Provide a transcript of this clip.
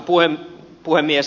arvoisa puhemies